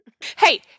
Hey